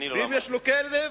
ואם יש לו כלב,